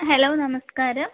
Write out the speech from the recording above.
hello നമസ്കാരം